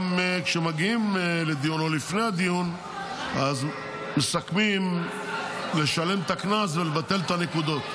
גם כשמגיעים לדיון או לפני הדיון מסכמים לשלם את הקנס ולבטל את הנקודות.